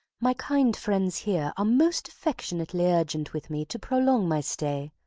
my kind friends here are most affectionately urgent with me to prolong my stay,